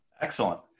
Excellent